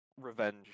revenge